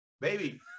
baby